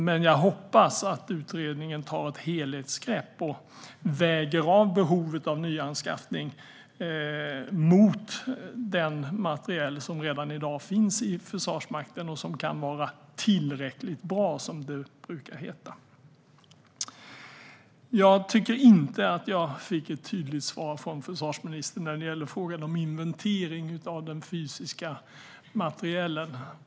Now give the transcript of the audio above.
Men jag hoppas att utredningen tar ett helhetsgrepp och väger av behovet av nyanskaffning mot den materiel som redan i dag finns i Försvarsmakten och som kan vara tillräckligt bra, som det brukar heta. Jag tycker inte att jag fick ett tydligt svar från försvarsministern på frågan om inventering av den fysiska materielen.